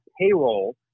payroll